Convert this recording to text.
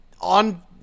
on